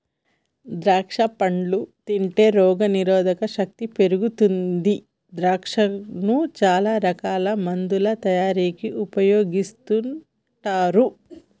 ద్రాక్షా పండ్లు తింటే రోగ నిరోధక శక్తి పెరుగుతుంది ద్రాక్షను చాల రకాల మందుల తయారీకి ఉపయోగిస్తుంటారు